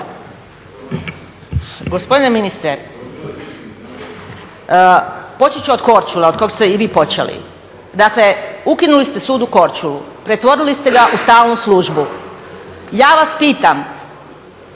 Gospodine ministre, počet ću od Korčule, od Korčule ste i vi počeli. Dakle, ukinuli ste sud u Korčuli, pretvorili ste ga u stalnu službu, ja vas pitam